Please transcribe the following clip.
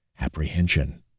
apprehension